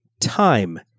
time